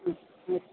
ம் ம்